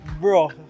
bro